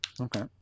okay